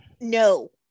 no